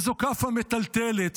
וזו כאפה מטלטלת,